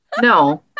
No